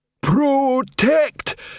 Protect